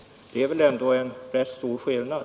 Det är ändå en rätt stor skillnad.